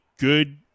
good